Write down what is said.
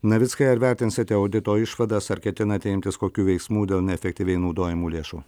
navickai ar vertinsite audito išvadas ar ketinate imtis kokių veiksmų dėl neefektyviai naudojamų lėšų